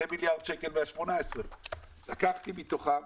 מיליארד שקל מה-18 מיליארד שקל לקחתי מתוכם.